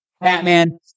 Batman